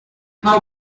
how